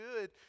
good